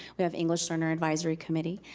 we have english learner advisory committee,